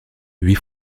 huit